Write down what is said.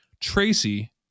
Tracy